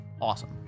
awesome